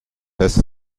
fest